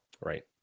Right